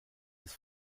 des